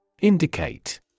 Indicate